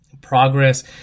progress